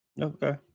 Okay